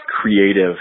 creative